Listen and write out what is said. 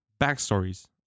backstories